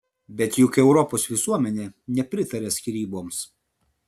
bet juk europos visuomenė nepritaria skyryboms